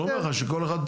אבל הוא אומר לך שכל אחד,